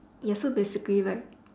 ya so basically like